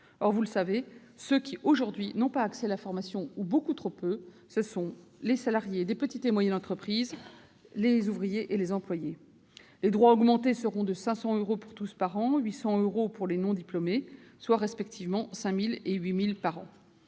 vous le savez, ceux qui n'ont pas ou peu accès à la formation aujourd'hui, ce sont les salariés des petites et moyennes entreprises, les ouvriers et les employés. Les droits augmentés seront de 500 euros pour tous par an et de 800 euros pour les non-diplômés, soit respectivement 5 000 euros et 8 000 euros